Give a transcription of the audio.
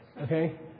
Okay